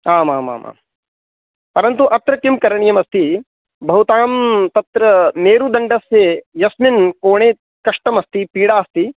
आम् आम् आं परन्तु अत्र किं करणीयम् अस्ति भवतां तत्र मेरुदण्डस्य यस्मिन् कोणे कष्टम् अस्ति पीडा अस्ति